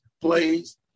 plays